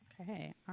Okay